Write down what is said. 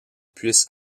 puisse